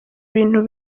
bintu